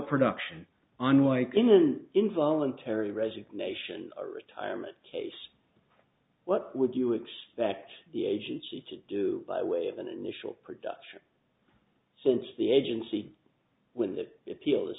production unlike in an involuntary resignation or retirement case what would you expect the agency to do by way of an initial production since the agency when that appeal is